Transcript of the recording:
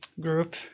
group